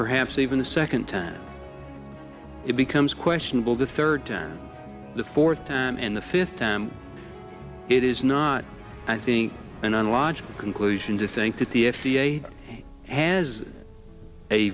perhaps even the second time it becomes questionable the third time the fourth time and the fifth time it is not i think in a logical conclusion to think that the f d a has a